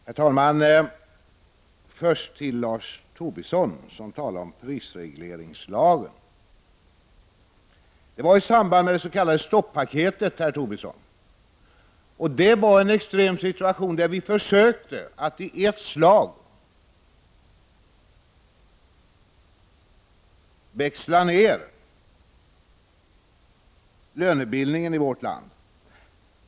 Herr talman! Först vill jag vända mig till Lars Tobisson, som talade om prisregleringslagen. Det herr Tobisson syftade på hände i samband med det s.k. stoppaketet. Det var en extrem situation, då vi försökte att i ett slag växla ned lönebildningen i vårt land.